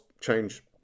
change